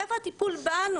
איפה הטיפול בנו?